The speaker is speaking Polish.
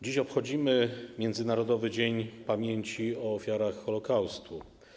Dziś obchodzimy Międzynarodowy Dzień Pamięci o Ofiarach Holokaustu.